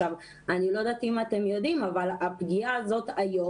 אני לא יודעת אם אתם יודעים אבל הפגיעה הזאת היום